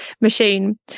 machine